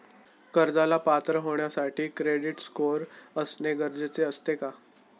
कर्जाला पात्र होण्यासाठी क्रेडिट स्कोअर असणे गरजेचे असते का?